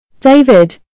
David